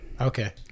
Okay